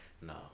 No